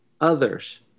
others